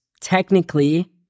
technically